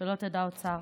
שלא תדע עוד צער.